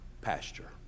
pasture